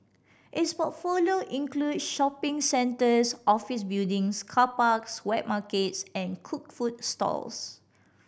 its portfolio include shopping centres office buildings car parks wet markets and cooked food stalls